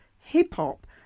hip-hop